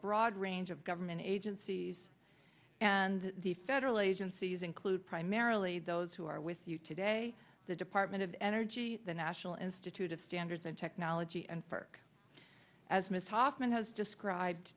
broad range of government agencies and the federal agencies include primarily those who are with you today the department of energy the national institute of standards and technology and for as ms hoffman has described